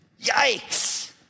Yikes